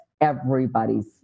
everybody's